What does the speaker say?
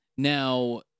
Now